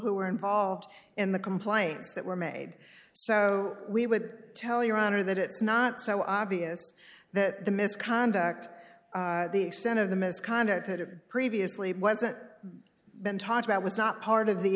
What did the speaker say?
who were involved in the complaints that were made so we would tell your honor that it's not so obvious that the misconduct the extent of the misconduct that it previously wasn't been talked about was not part of the